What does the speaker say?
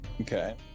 Okay